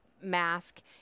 mask